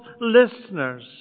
listeners